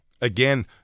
Again